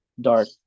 dark